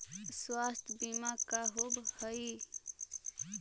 स्वास्थ्य बीमा का होव हइ?